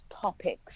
topics